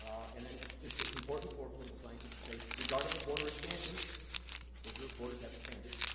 and and it's important for political scientists to say, regardless of border expansion israel's boarders have expanded.